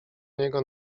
niego